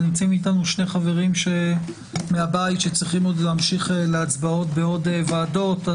נמצאים איתנו שני חברים מהבית שצריכים עוד להמשיך להצבעות בעוד וועדות.